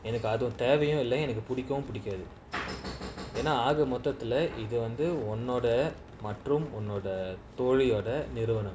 எனக்குஅதுதேவையும்இல்லஎனக்குபிடிக்கவும்பிடிக்காதுஎனாஆகமொத்தத்துலஇதுவந்துஉன்னோடமற்றும்உன்னோடதோழியோடநிறுவனம்:enaku adhu thevayum illa enaku pidikavum pidikathu yena aaga mothathula idhu vandhu unnoda matrum unnoda tholiyoda niruvanam